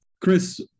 Chris